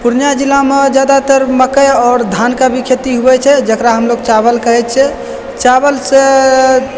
पुर्णियाँ जिलामे ज्यादातर मकई आओर धानके भी खेती होइत छै जकरा हमलोग चावल कहैत छियै चावलसँ